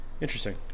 Interesting